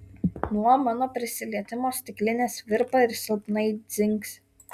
nuo mano prisilietimo stiklinės virpa ir silpnai dzingsi